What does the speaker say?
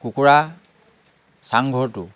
কুকুৰা চাংঘৰটো